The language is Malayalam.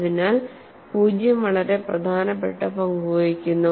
അതിനാൽ പൂജ്യം വളരെ പ്രധാനപ്പെട്ട പങ്ക് വഹിക്കുന്നു